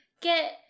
get